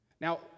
Now